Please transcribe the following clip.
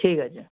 ঠিক আছে